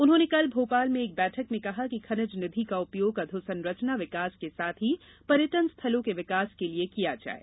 उन्होंने कल भोपाल में एक बैठक में कहा कि खनिज निधि का उपयोग अधोसंरचना विकास के साथ ही पर्यटन स्थलों के विकास के लिये किया जाये